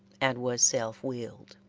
and was self-willed.